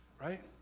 Right